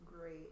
great